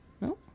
No